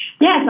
Yes